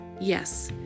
Yes